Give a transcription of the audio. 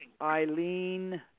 Eileen